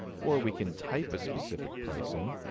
or we can type a specific price in.